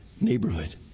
neighborhood